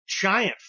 giant